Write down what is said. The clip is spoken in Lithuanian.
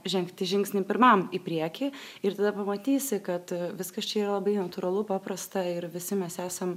žengti žingsnį pirmam į priekį ir tada pamatysi kad viskas čia yra labai natūralu paprasta ir visi mes esam